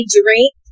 drink